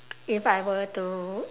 if I were to